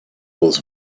with